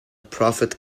prophet